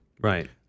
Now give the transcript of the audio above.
Right